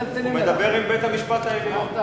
הוא מדבר עם בית-המשפט העליון.